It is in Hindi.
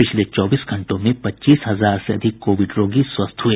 पिछले चौबीस घंटों में पच्चीस हजार से अधिक कोविड रोगी स्वस्थ हुए